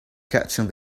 catching